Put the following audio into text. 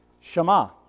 Shema